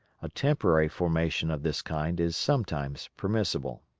a temporary formation of this kind is sometimes permissible.